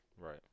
Right